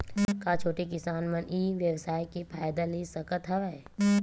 का छोटे किसान मन ई व्यवसाय के फ़ायदा ले सकत हवय?